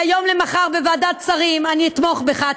מהיום למחר בוועדת שרים אני אתמוך בך?